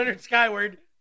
Skyward